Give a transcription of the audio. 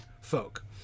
folk